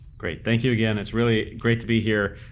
great, thank you again. it's really great to be here.